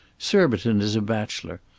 surbiton is a bachelor,